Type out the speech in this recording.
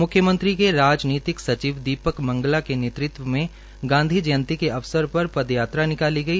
म्ख्यमंत्री के राजनीतिक सचिव दीपक मंगला के नेतृत्व में गांधी जयंती के अवसर पर पदयात्रा निकाली गई